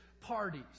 parties